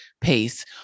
pace